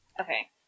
Okay